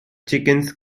chickens